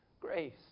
grace